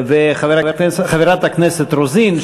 חברת הכנסת רוזין,